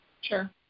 Sure